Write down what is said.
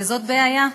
וזאת בעיה.